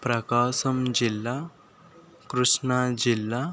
ప్రకాశం జిల్లా కృష్ణాజిల్లా